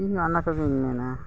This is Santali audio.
ᱤᱧᱢᱟ ᱚᱱᱟᱠᱚᱜᱤᱧ ᱢᱮᱱᱟ